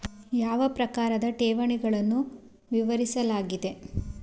ಯಾವ ಪ್ರಕಾರದ ಠೇವಣಿಗಳನ್ನು ವಿವರಿಸಲಾಗಿದೆ?